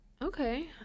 Okay